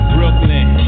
Brooklyn